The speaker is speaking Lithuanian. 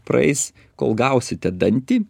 praeis kol gausite dantį